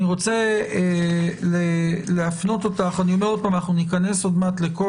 אני רוצה להפנות אותך - אני אומר שוב שעוד מעט ניכנס לזה,